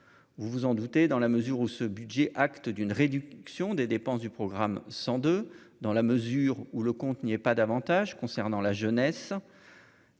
vous vous en doutez, dans la mesure où ce budget, acte d'une réduction des dépenses du programme 102, dans la mesure où le compte n'y est pas davantage, concernant la jeunesse.